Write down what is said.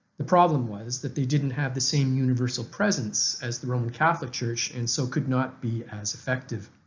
the problem was that they didn't have the same universal presence as the roman catholic church and so could not be as effective.